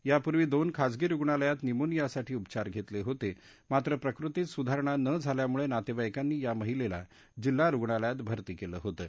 यापूर्वी दोन खाजगी रुग्णालयात निमोनियासाठी उपचार घरिक्रिडीत मित्र प्रकृतीत सुधारणा न झाल्यामुळत्रितद्विकांनी या महिलप्तीजिल्हा रुग्णालयात भरती कलि होतं